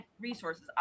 resources